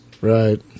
right